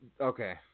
Okay